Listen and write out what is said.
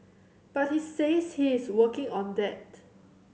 but he says he is working on that